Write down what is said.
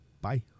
Bye